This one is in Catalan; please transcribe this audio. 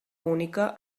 única